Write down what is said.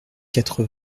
quatre